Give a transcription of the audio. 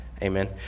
amen